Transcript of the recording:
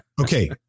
okay